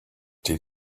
did